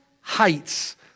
heights